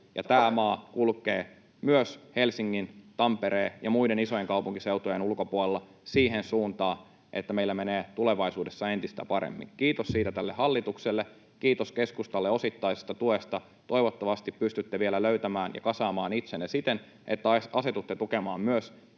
tämä maa kulkee myös Helsingin, Tampereen ja muiden isojen kaupunkiseutujen ulkopuolella siihen suuntaan, että meillä menee tulevaisuudessa entistä paremmin. Kiitos siitä tälle hallitukselle. Kiitos keskustalle osittaisesta tuesta. Toivottavasti pystytte vielä löytämään ja kasaamaan itsenne siten, että asetutte tukemaan myös